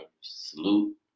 salute